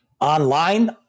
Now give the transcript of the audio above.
online